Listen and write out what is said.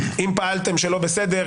אם פעלתם שלא בסדר,